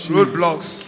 Roadblocks